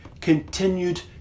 continued